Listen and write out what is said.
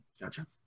Gotcha